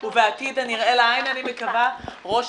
ובעתיד הנראה לעין ראש